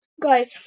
guys